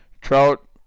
Trout